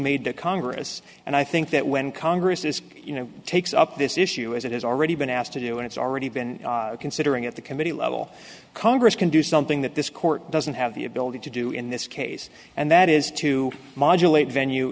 made to congress and i think that when congress as you know takes up this issue as it has already been asked to do and it's already been considering at the committee level congress can do something that this court doesn't have the ability to do in this case and that is to modulate venue